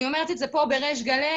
אני אומרת את זה פה בריש גלי,